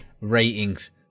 ratings